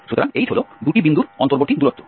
সুতরাং h হল দুটি বিন্দুর অন্তর্বর্তী দূরত্ব